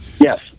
Yes